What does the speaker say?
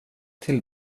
till